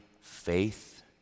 faith